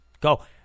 go